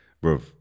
bro